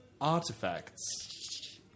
artifacts